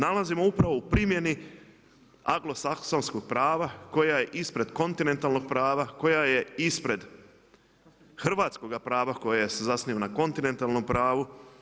Nalazimo upravo o primjeni anglosaksonskog prava koja je ispred kontinentalnog prava, koja je ispred hrvatskoga prava koja se zasniva na kontinentalnom pravu.